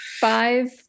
five